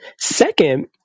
Second